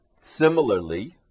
Similarly